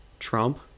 Trump